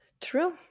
True